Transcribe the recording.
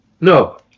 No